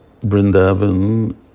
Brindavan